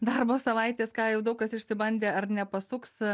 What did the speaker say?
darbo savaitės ką jau daug kas išsibandė ar nepasuks